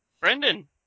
Brendan